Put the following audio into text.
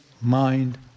mind